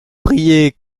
brillait